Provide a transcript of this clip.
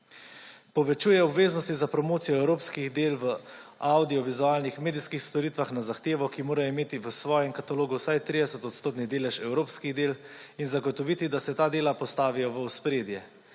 Povečuje se obveznosti za promocijo evropskih del v avdiovizualnih medijskih storitvah na zahtevo, ki morajo imeti v svojem katalogu vsaj 30-odstotni delež evropskih del in zagotoviti, da se ta dela postavijo v ospredje.